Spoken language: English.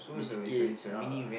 biscuits ah